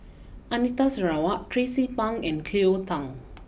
Anita Sarawak Tracie Pang and Cleo Thang